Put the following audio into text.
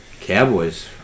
Cowboys